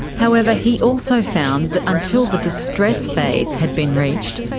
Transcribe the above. however, he also found that until the distress phase had been reached,